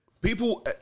people